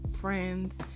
friends